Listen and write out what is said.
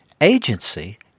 Agency